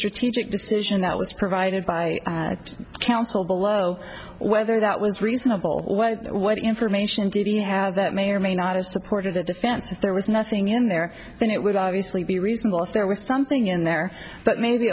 strategic decision that was provided by counsel below whether that was reasonable what what information did he have that may or may not have supported a defense if there was nothing in there then it would obviously be reasonable if there was something in there but maybe